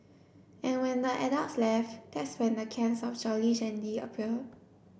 and when the adults left that's when the cans of Jolly Shandy appear